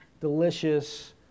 delicious